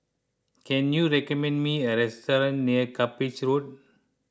can you recommend me a restaurant near Cuppage Road